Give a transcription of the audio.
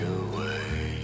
away